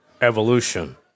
Evolution